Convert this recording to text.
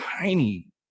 tiny